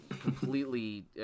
completely